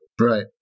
right